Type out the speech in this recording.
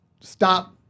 stop